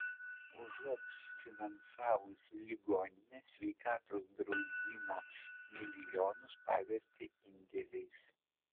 užuot finansavusi ligonines sveikatos draudimo milijonus pavertė indėliais